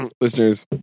listeners